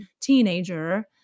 teenager